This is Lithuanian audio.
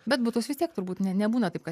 bet butas vis tiek turbūt ne nebūna taip kad